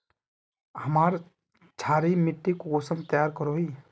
हमार क्षारी मिट्टी कुंसम तैयार करोही?